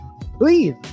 Please